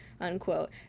unquote